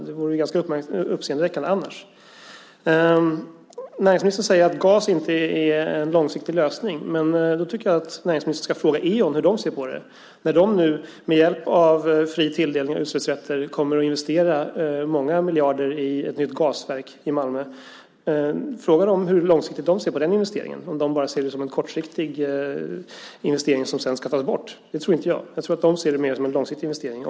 Det vore annars uppseendeväckande. Näringsministern säger att gas inte är en långsiktig lösning. Då tycker jag att näringsministern ska fråga hur Eon ser på saken. Eon kommer med hjälp av fri tilldelning av utsläppsrätter att investera många miljarder i ett nytt gasverk i Malmö. Fråga hur långsiktigt Eon ser på den investeringen. Är det en kortsiktig investering som sedan ska tas bort? Det tror inte jag. Jag tror att Eon ser det som en långsiktig investering.